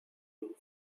you